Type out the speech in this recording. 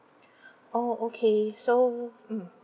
oh okay so mm